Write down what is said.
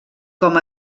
com